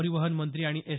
परिवहन मंत्री आणि एस